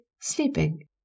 sleeping